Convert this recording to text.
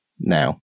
now